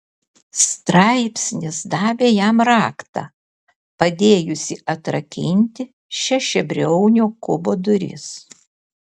straipsnis davė jam raktą padėjusį atrakinti šešiabriaunio kubo duris